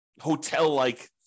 hotel-like